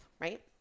right